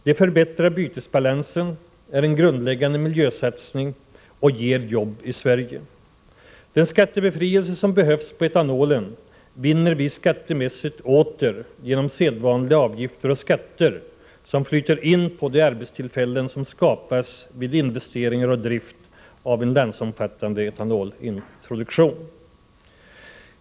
Det förbättrar bytesbalansen, är en grundläggande miljösatsning och ger jobb i Sverige. Den skattebefrielse som behövs på etanolen vinner vi penningmässigt åter genom sedvanliga avgifter och skatter som flyter in från de arbetstillfällen som skapas vid investeringar och drift i samband med en landsomfattande etanolintroduktion.